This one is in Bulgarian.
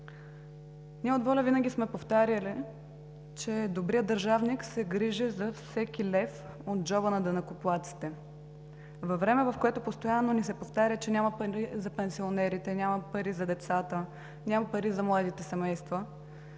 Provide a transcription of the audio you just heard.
Ние от ВОЛЯ винаги сме повтаряли, че добрият държавник се грижи за всеки лев от джоба на данъкоплатците. Във време, в което постоянно ни се повтаря, че няма пари за пенсионерите, няма пари за децата, няма пари за младите семейства,